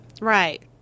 Right